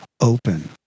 open